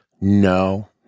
No